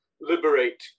liberate